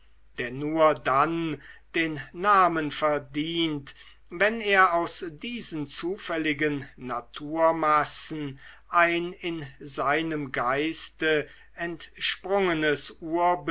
der nur dann den namen verdient wenn er aus diesen zufälligen naturmassen ein in seinem geiste entsprungenes